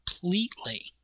completely